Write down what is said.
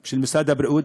עם משרד הבריאות.